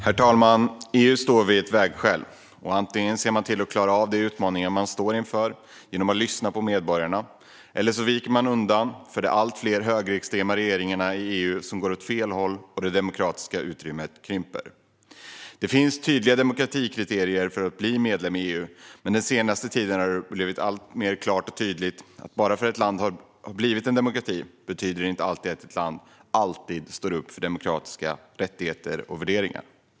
Herr talman! EU står vid ett vägskäl. Antingen ser man till att klara av de utmaningar som man står inför genom att lyssna på medborgarna, eller också viker man undan för de allt fler högerextrema regeringarna i EU som nu går åt fel håll och där det demokratiska utrymmet krymper. Det finns tydliga demokratikriterier för att bli medlem i EU, men under den senaste tiden har det blivit alltmer klart och tydligt att bara för att ett land har blivit en demokrati betyder det inte att landet alltid står upp för demokratiska rättigheter och värderingar.